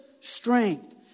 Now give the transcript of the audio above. strength